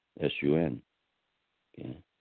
S-U-N